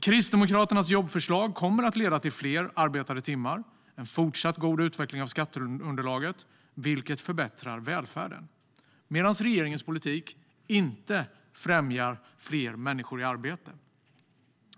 Kristdemokraternas jobbförslag kommer att leda till fler arbetade timmar och en fortsatt god utveckling av skatteunderlaget, vilket förbättrar välfärden. Regeringens politik däremot främjar inte fler människor i arbete.